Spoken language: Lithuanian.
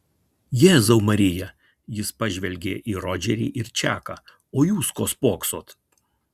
jėzau marija jis pažvelgė į rodžerį ir čaką o jūs ko spoksot